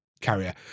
Carrier